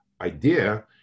idea